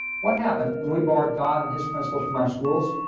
what happened when we barred god and his principles from our schools?